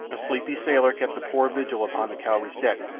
a sleepy sailor kept a poor vigil upon the cowrie's deck,